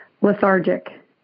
lethargic